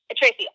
Tracy